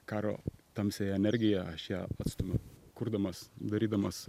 karo tamsiąją energiją aš ją atstumiu kurdamas darydamas